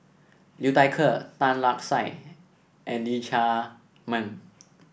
Liu Thai Ker Tan Lark Sye and Lee Chiaw Meng